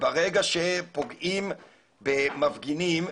וברגע שפוגעים במפגינים,